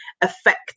affect